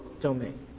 domain